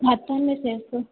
हथनि में सिर्फ़ु